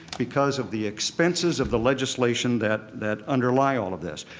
because of the expenses of the legislation that that underlie all of this.